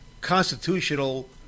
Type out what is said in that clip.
constitutional